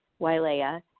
Wailea